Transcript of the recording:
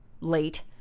late